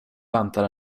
väntar